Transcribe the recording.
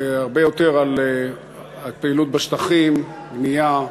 הרבה יותר על פעילות בשטחים, בנייה,